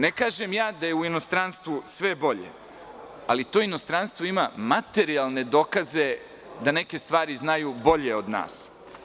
Ne kažem da je u inostranstvu sve bolje, ali to inostranstvo ima materijalne dokaze da neke stvari znaju bolje od nas.